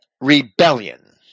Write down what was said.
rebellion